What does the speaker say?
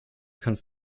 kannst